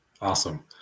Awesome